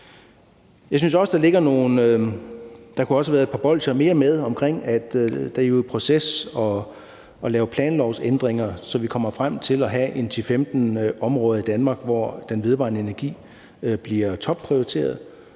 Jeg synes også, der kunne have været et par bolsjer mere med omkring, at det jo er i proces at lave planlovsændringer, så vi kommer frem til at have 10-15 områder i Danmark, hvor den vedvarende energi bliver topprioriteret,